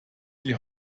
die